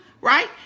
right